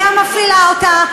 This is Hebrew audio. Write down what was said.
היא המפעילה אותה,